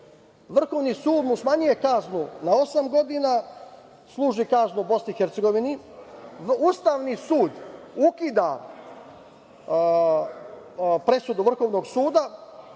Vrhovni sud mu smanjuje kaznu na osam godina. Služi kaznu u BiH. Ustavni sud ukida presudu Vrhovnog suda.